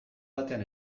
batean